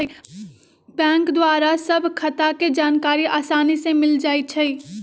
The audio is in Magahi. बैंक द्वारा सभ खता के जानकारी असानी से मिल जाइ छइ